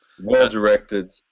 well-directed